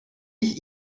ich